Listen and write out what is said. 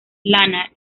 lana